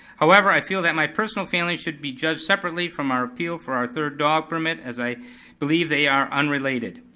however, i feel that my personal feelings should be judged separately from our appeal for our third dog permit, as i believe they are unrelated.